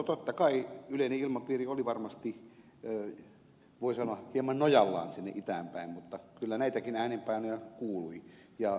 totta kai yleinen ilmapiiri oli varmasti voi sanoa hieman nojallaan sinne itään päin mutta kyllä näitäkin äänenpainoja kuului